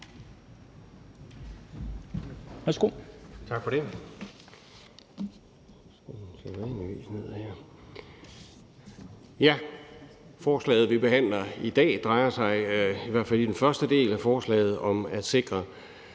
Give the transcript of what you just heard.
Tak for det.